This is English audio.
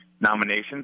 nominations